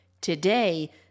Today